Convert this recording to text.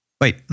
Wait